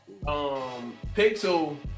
Pixel